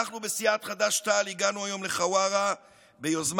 אנחנו בסיעת חד"ש-תע"ל הגענו היום לחווארה ביוזמת